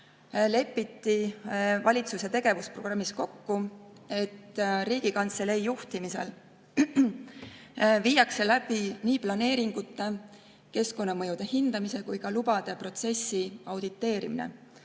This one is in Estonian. on valitsuse tegevusprogrammis kokku lepitud, et Riigikantselei juhtimisel viiakse läbi nii planeeringute, keskkonnamõjude hindamise kui ka lubade protsessi auditeerimine,